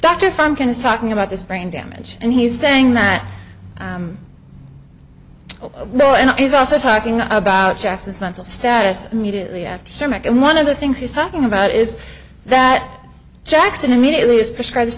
of talking about this brain damage and he's saying that no and he's also talking about jackson's mental status immediately after some and one of the things he's talking about is that jackson immediately has prescribe